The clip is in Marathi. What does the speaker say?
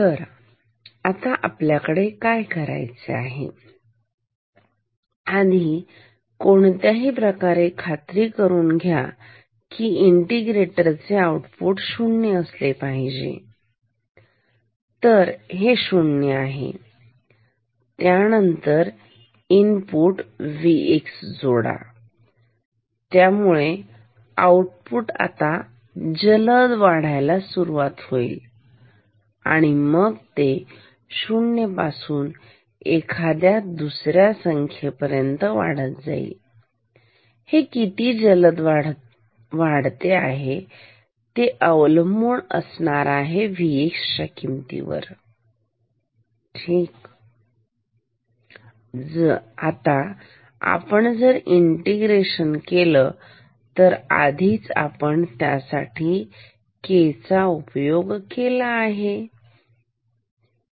तर आता आपल्याला काय करायचे आहे आधी कोणत्याही प्रकारे खात्री करून घ्या की इंटिग्रेटेर चे आउटपुट शून्य असले पाहिजे तर हे शून्य आहे त्यानंतर इनपुट Vx जोडा त्यामुळे आउटपुट आता जलद वाढायला सुरुवात होईल आणि मग ते 0 पासून एखाद्या दुसऱ्या संख्येपर्यंत जाईलहे किती जलद वाढते आहे ते अवलंबून असेल Vx च्या किमतीवर ठीक आता आपण जर इंटिग्रेशन केलं तर आधीच आपण त्यासाठी K चा उपयोग केला आहेठीक